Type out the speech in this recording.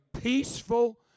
peaceful